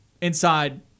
inside